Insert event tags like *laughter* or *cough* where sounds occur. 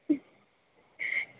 *unintelligible*